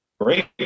Great